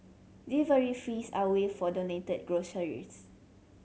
delivery fees are waived for donated groceries